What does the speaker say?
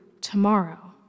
tomorrow